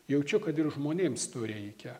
jaučiu kad ir žmonėms to reikia